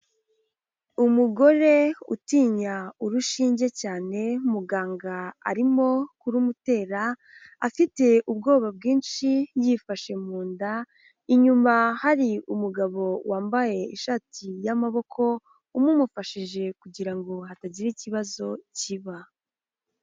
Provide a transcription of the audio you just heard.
Umugore utinya urushinge cyane muganga arimo kurumutera, afite ubwoba bwinshi yifashe mu nda, inyuma hari umugabo wambaye ishati y'amaboko, umumufashije kugira ngo hatagira ikibazo kiba.